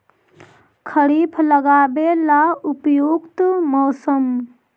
खरिफ लगाबे ला उपयुकत मौसम?